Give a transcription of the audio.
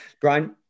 Brian